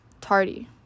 Tardy